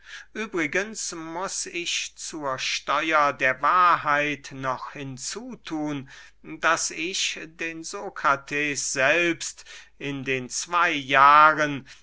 übrigens muß ich zur steuer der wahrheit noch hinzu thun daß ich den sokrates selbst in den zwey jahren